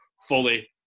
fully